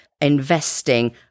investing